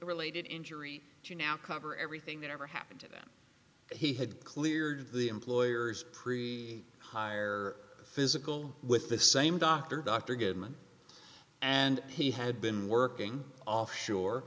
related injury to now cover everything that ever happened to them he had cleared the employer's pre hire physical with the same doctor dr goodman and he had been working off shore